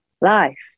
life